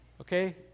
Okay